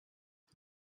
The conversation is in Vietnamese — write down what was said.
giờ